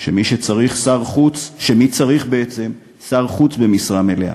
שמי צריך בעצם שר חוץ במשרה מלאה?